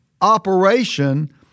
operation